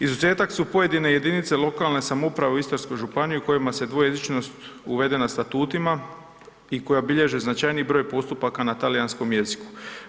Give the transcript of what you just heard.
Izuzetak su pojedine jedinice lokalne samouprave u Istarskoj županiji u kojima je dvojezičnost uvedena statutima i koja bilježi značajni broj postupaka na talijanskom jeziku.